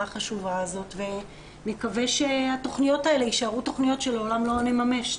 החשובה הזאת ונקווה שהתכניות האלה יישארו תכניות שלעולם לא נממש,